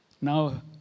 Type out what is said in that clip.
now